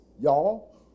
y'all